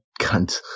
cunt